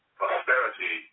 prosperity